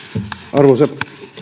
arvoisa